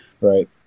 Right